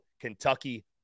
Kentucky